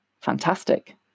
fantastic